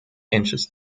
inches